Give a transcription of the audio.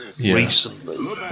Recently